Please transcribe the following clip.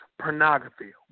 pornography